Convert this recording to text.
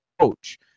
coach